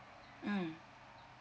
mm